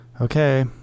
Okay